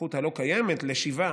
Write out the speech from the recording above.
הזכות הלא-קיימת לשיבה,